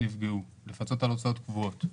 על הוצאות קבועות.